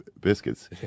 biscuits